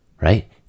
right